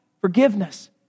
forgiveness